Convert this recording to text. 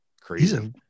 crazy